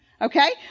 Okay